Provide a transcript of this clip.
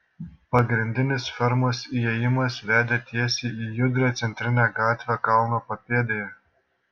pagrindinis fermos įėjimas vedė tiesiai į judrią centrinę gatvę kalno papėdėje